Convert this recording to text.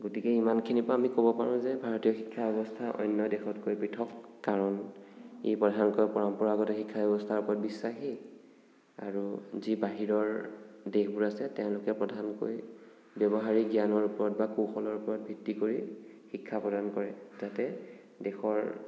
গতিকে ইমানখিনিৰ পৰা আমি ক'ব পাৰোঁ যে ভাৰতীয় শিক্ষা ব্যৱস্থা অন্য দেশতকৈ পৃথক কাৰণ ই প্ৰধানকৈ পৰম্পৰাগত শিক্ষা ব্যৱস্থাৰ ওপৰত বিশ্বাসী আৰু যি বাহিৰৰ দেশবোৰ আছে তেওঁলোকে প্ৰধানকৈ ব্যৱহাৰিক জ্ঞানৰ ওপৰত বা কৌশলৰ ওপৰত ভিত্তি কৰি শিক্ষা প্ৰদান কৰে যাতে দেশৰ